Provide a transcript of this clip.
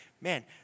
man